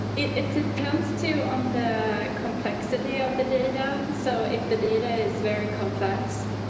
it it depends too on the complexity of the data. so if the data is very complex.